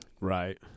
Right